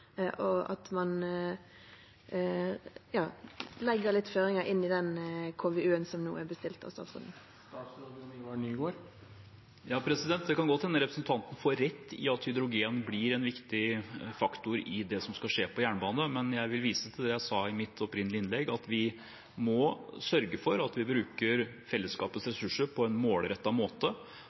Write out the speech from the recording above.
at man legger litt føringer inn i den KVU-en som nå er bestilt av statsråden? Det kan godt hende representanten får rett i at hydrogen blir en viktig faktor i det som skal skje på jernbane, men jeg vil vise til det jeg sa i mitt opprinnelige innlegg. Vi må sørge for at vi bruker fellesskapets ressurser på en målrettet måte,